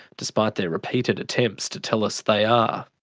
despite their repeated attempts to tell us they are.